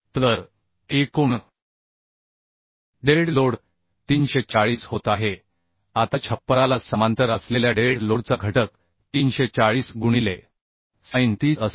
तर एकूण dead load 340 होत आहे आता छप्पराला समांतर असलेल्या डेड लोडचा घटक 340 गुणिले sin 30 असेल